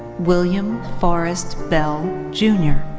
william forrest bell junior.